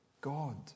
god